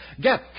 Get